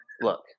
Look